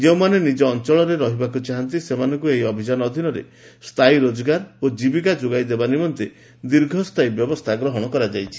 ଯେଉଁମାନେ ନିବ ଅଞ୍ଚଳରେ ରହିବାକୁ ଚାହାନ୍ତି ସେମାନଙ୍କୁ ଏହି ଅଭିଯାନ ଅଧୀନରେ ସ୍ଥାୟୀ ରୋଡଗାର ଓ ଚ୍ଚାବିକା ଯୋଗାଇ ଦେବା ନିମନ୍ତେ ଦୀର୍ଘସାୟୀ ବ୍ୟବସ୍ଥା କରାଯାଇଛି